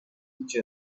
each